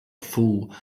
fool